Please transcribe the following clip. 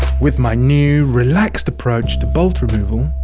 with my new relaxed approach to bolt removal